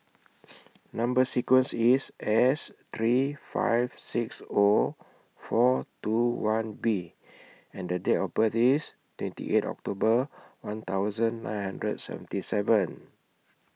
Number sequence IS S three five six Zero four two one B and The Date of birth IS twenty eight October one thousand nine hundred seventy seven